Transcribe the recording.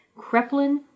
Kreplin